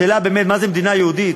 שאלה באמת, מה זו מדינה יהודית?